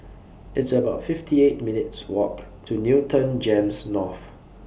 It's about fifty eight minutes' Walk to Newton Gems North